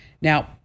Now